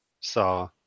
saw